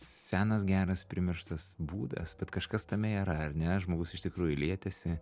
senas geras primirštas būdas bet kažkas tame yra ar ne žmogus iš tikrųjų lietėsi